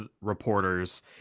reporters